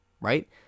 right